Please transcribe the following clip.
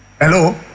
Hello